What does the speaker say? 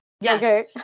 Yes